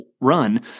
run